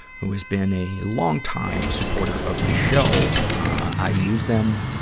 who has been a long-time supporter of this show. i use them.